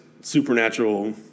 supernatural